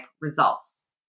results